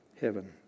heaven